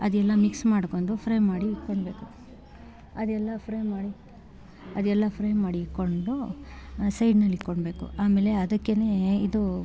ಅದೆಲ್ಲ ಮಿಕ್ಸ್ ಮಾಡ್ಕೊಂಡು ಫ್ರೈ ಮಾಡಿ ಇಕ್ಕೊಳ್ಬೇಕು ಅದೆಲ್ಲ ಫ್ರೈ ಮಾಡಿ ಅದೆಲ್ಲ ಫ್ರೈ ಮಾಡಿ ಇಕ್ಕೊಂಡು ಸೈಡ್ನಲ್ಲಿ ಇಕ್ಕೊಳ್ಬೇಕು ಆಮೇಲೆ ಅದಕ್ಕೆಯೇ ಇದು